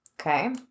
Okay